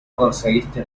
conseguiste